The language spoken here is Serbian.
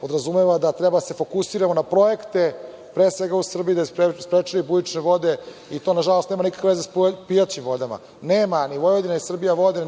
podrazumeva da treba da se fokusiramo na projekte, pre svega, u Srbiji da bi sprečili bujične vode, i to nažalost nema nikakve veze sa pijaćim vodama. Nema, ni Vojvodina, ni Srbija vode,